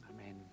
amen